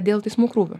dėl teismų krūvių